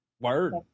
Word